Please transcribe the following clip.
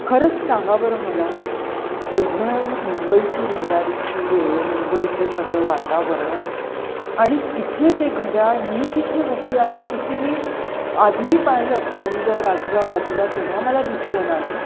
खरंच सांगा बरं मला एवढ्या ही मुंबईची रहदारीची वेळ मुंबईचं सगळं वातावरण आणि तिथे ते घड्याळ मी जिथे उभी आहे तिथे मी आधीही पाहिलं खालीवर आजूला बाजूला तेव्हा मला दिसलं नाही